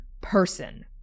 person